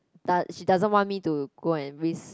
that she doesn't want me to go and risk